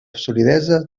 solidesa